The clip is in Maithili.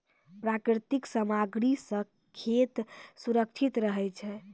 प्राकृतिक सामग्री सें खेत सुरक्षित रहै छै